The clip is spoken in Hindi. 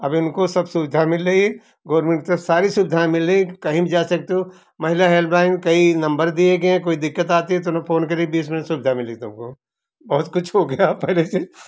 अब इनको सब सुविधा मिल रही है गोर्मेंट की तरफ से सारी सुविधाएँ मिल रही है कहीं भी जा सकते हो महिला हेल्पलाइन कई नंबर दिए गए कोई दिक्कत आती है तो तुरंत फोन कीजिए बीस मिनट में सुविधा मिलेगी तुमको बहुत कुछ हो गया पहले से